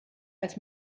als